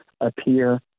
appear